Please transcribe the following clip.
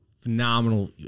phenomenal